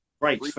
Right